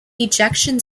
ejection